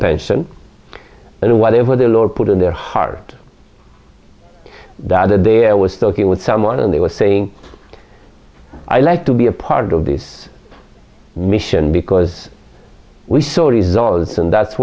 pension and whatever the lord put in their heart that the day i was talking with someone and they were saying i like to be a part of this mission because we saw results and that's